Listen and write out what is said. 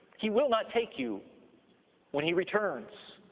he will not take you when he returns.